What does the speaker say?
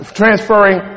transferring